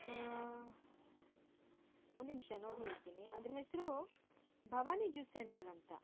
ಒಂದು ನಿಮಿಷ ನೋಡಿ ಹೇಳ್ತೀನಿ ಅದರ ಹೆಸರು ಭವಾನಿ ಜ್ಯೂಸ್ ಸೆಂಟರ್ ಅಂತ